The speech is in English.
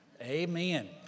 amen